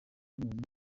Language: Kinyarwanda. y’umuntu